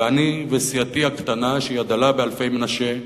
ואני וסיעתי הקטנה, שהיא הדלה באלפי מנשה,